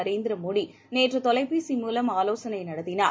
நரேந்திர மோடி நேற்று தொலைபேசி மூலம் ஆலோசனை நடத்தினார்